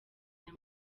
aya